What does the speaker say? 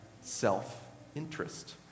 self-interest